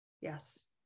Yes